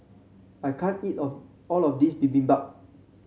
I can't eat of all of this Bibimbap